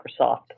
Microsoft